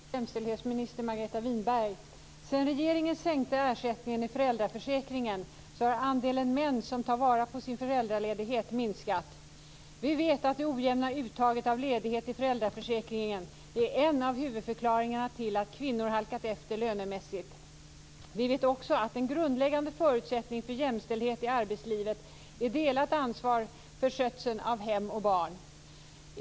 Herr talman! Jag har en fråga till jämställdhetsminister Margareta Winberg. Sedan regeringen sänkte ersättningen i föräldraförsäkringen har andelen män som tar vara på sin föräldraledighet minskat. Vi vet att det ojämna uttaget av ledighet i föräldraförsäkringen är en av huvudförklaringarna till att kvinnor halkat efter lönemässigt. Vi vet också att en grundläggande förutsättning för jämställdhet i arbetslivet är delat ansvar för skötseln av hem och barn.